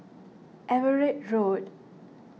Everitt Road